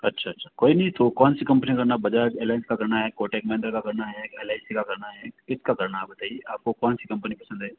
अच्छा अच्छा कोई नहीं तो कौन सी कंपनी का करना बजाज एलायंस का करना है कोटक महिंद्रा का करना है कि एल आई सी का करना है किस का करना है आप बताइए आप को कौन सी कंपनी पसंद है